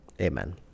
Amen